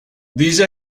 these